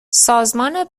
سازمان